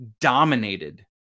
dominated